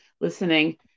listening